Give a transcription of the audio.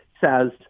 says